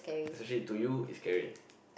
especially to you it's scary